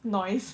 noise